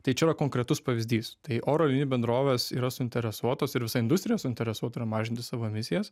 tai čia jau yra konkretus pavyzdys tai oro bendrovės yra suinteresuotos ir visa industrija suinteresuota yra mažinti savo emisijas